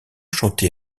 chanté